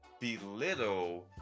belittle